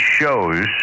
shows